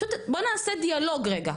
בוא נעשה דיאלוג רגע,